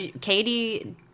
Katie